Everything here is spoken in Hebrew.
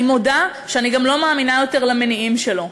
אני מודה שאני גם לא מאמינה יותר למניעים שלו,